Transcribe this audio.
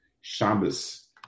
Shabbos